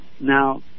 Now